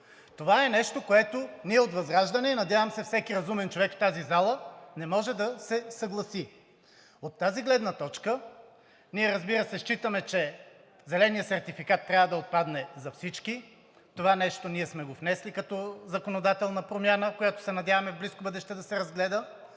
Това е нещо, с което ние от ВЪЗРАЖДАНЕ и надявам се, всеки разумен човек в тази зала не може да се съгласи. Ние, разбира се, считаме, че зеленият сертификат трябва да отпадне за всички. Това нещо ние сме внесли като законодателна промяна, която се надяваме в близко бъдеще да се разгледа.